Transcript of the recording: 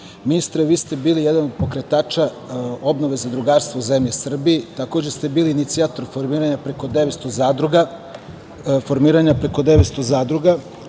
vi ste bili jedan od pokretača obnove zadrugarstva u zemlji Srbiji, takođe ste bili inicijator formiranja preko 900 zadruga,